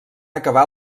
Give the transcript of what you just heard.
acabar